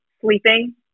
sleeping